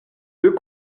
deux